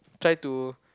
try to